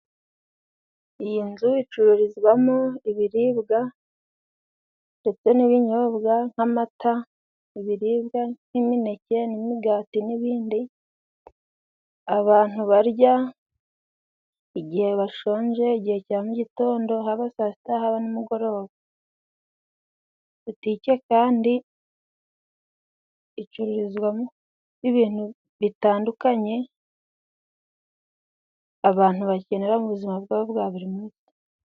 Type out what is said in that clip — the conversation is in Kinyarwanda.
Iyi nzu icururizwamo ibiribwa, ndetse n'ibinyobwa nk'amata, ibiribwa nk'imineke n'imigati n'ibindi, abantu barya igihe bashonje, igihe cya mu gitondo haba saa sita, haba ni mugoroba. Butike kandi icururizwamo ibintu bitandukanye abantu bakenera muzima bwabo bwa buri munsi.